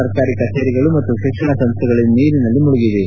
ಸರಕಾರಿ ಕಚೇರಿಗಳು ಮತ್ತು ಶಿಕ್ಷಣ ಸಂಸ್ಥೆಗಳು ನೀರಿನಲ್ಲಿ ಮುಳುಗಿವೆ